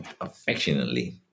affectionately